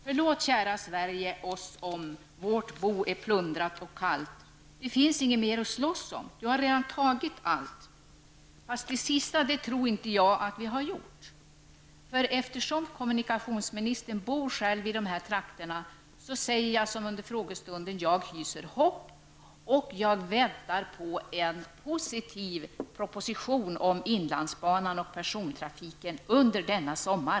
Förlåt kära Sverige oss om vårt bo är plundrat och kallt, det finns inget mer att slåss om, du har redan tagit allt. Det sistnämnda tror jag dock inte att vi har gjort. Eftersom kommunikationsministern själv bor i dessa trakter säger jag att jag hyser hopp och att jag väntar på en positiv proposition beträffande inlandsbanan och persontrafiken under denna sommar.